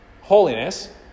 holiness